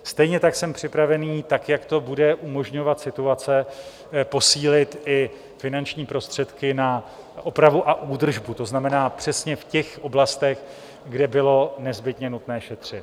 Stejně tak jsem připraven, tak jak to bude umožňovat situace, posílit i finanční prostředky na opravu a údržbu, to znamená přesně v těch oblastech, kde bylo nezbytně nutné šetřit.